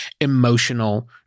emotional